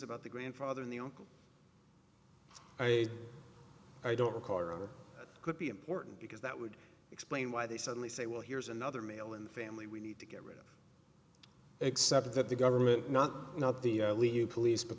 about the grandfather in the oh i don't recall or could be important because that would explain why they suddenly say well here's another male in the family we need to get rid of except that the government not not the police but